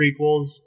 prequels